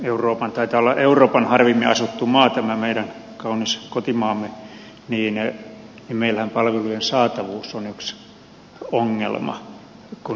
taitaa olla euroopan harvimmin asuttu maa tämä meidän kaunis kotimaamme ja meillähän palvelujen saatavuus on yksi ongelma kun ne keskittyvät taajamiin